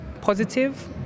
positive